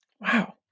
Wow